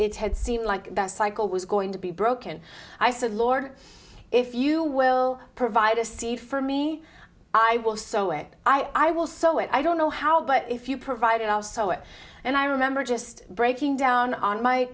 it had seemed like the cycle was going to be broken i said lord if you will provide a seed for me i will sew it i will sew it i don't know how but if you provide it also it and i remember just bring down on my